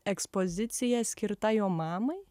ekspozicija skirta jo mamai